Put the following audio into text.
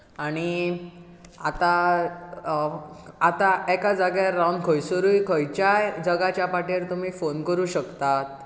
आनी आतां आतां एका जाग्यार रावन खंयसरूय खंयच्याय जगाच्या पाठेर तुमी फोन करूंक शकतात